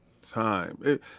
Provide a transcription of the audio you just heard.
time